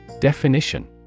Definition